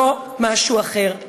לא משהו אחר,